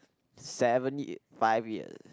seven y~ five years